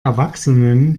erwachsenen